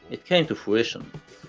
it came to fruition.